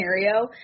scenario